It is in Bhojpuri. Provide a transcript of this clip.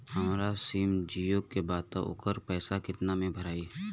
हमार सिम जीओ का बा त ओकर पैसा कितना मे भराई?